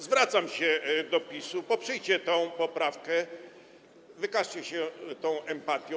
Zwracam się do PiS-u, poprzyjcie tę poprawkę, wykażcie się empatią.